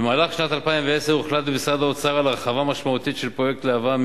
במהלך שנת 2010 הוחלט במשרד האוצר על הרחבה משמעותית של פרויקט להב"ה,